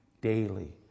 daily